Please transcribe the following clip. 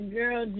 girl